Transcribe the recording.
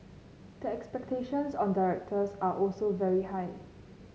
the expectations on directors are also very high